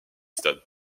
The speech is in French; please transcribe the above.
stade